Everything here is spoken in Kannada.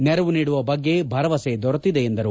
ನೆರವು ನೀಡುವ ಬಗ್ಗೆ ಭರವಸೆ ದೊರೆತಿದೆ ಎಂದರು